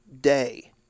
day